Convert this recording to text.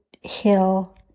hill